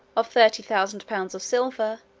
of thirty thousand pounds of silver,